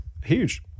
huge